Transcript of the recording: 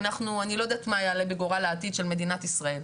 אני לא יודעת מה יעלה בגורל העתיד של מדינת ישראל.